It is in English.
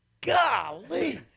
Golly